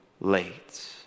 late